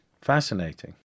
fascinating